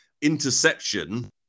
interception